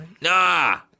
Nah